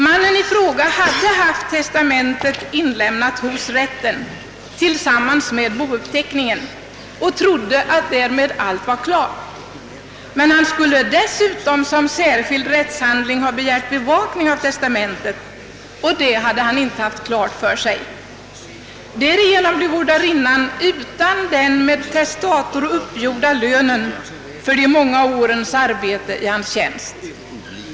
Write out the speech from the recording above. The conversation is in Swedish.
Mannen i fråga hade haft testamentet inlämnat till rätten tillsammans med bouppteckningen och trodde att därmed allt var klart. Men han skulle dessutom som särskild rättshandling ha begärt bevakning av testamentet, och detta hade han inte känt till. Därigenom blev vårdarinnan utan den med testator uppgjorda lönen för de många årens arbete i hans tjänst.